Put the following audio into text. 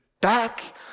back